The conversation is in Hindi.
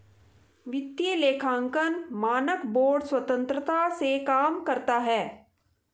वित्तीय लेखांकन मानक बोर्ड स्वतंत्रता से काम करता है